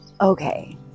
Okay